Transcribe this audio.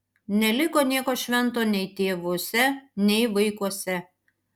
neliko nieko švento nei tėvuose nei vaikuose